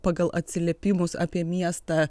pagal atsiliepimus apie miestą